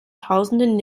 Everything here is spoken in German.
tausenden